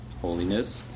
holiness